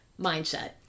mindset